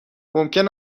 ممکن